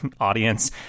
audience